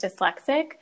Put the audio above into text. dyslexic